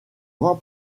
grand